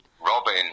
Robin